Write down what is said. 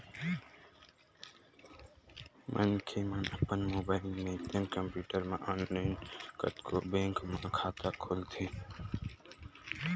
मनखे मन अपन मोबाईल नइते कम्प्यूटर म ऑनलाईन कतको बेंक म खाता खोलवाथे